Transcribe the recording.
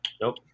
nope